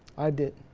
i did.